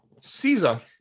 Caesar